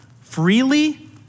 freely